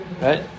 right